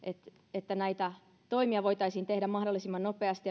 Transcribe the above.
että näitä toimia voitaisiin tehdä mahdollisimman nopeasti